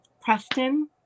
Preston